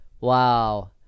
Wow